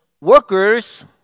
workers